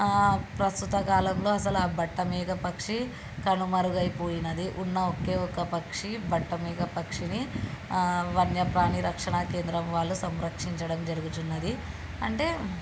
ప్రస్తుత కాలంలో అసలా ఆ బట్ట మీద పక్షి కనుమరుగై పోయినది ఉన్న ఒకే ఒక్క పక్షి బట్ట మీద పక్షిని వన్యప్రాణి రక్షణా కేంద్రం వాళ్ళు సంరక్షించడం జరుగుచున్నది అంటే